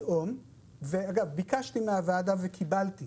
אגב, ביקשתי מוועדת הסל וקיבלתי